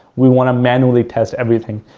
we want to manually test everything.